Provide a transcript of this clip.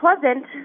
pleasant